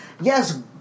Yes